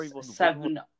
seven